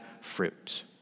fruit